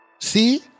See